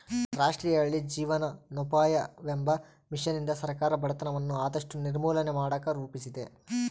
ರಾಷ್ಟ್ರೀಯ ಹಳ್ಳಿ ಜೀವನೋಪಾಯವೆಂಬ ಮಿಷನ್ನಿಂದ ಸರ್ಕಾರ ಬಡತನವನ್ನ ಆದಷ್ಟು ನಿರ್ಮೂಲನೆ ಮಾಡಕ ರೂಪಿಸಿದೆ